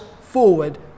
forward